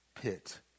pit